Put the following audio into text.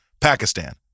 Pakistan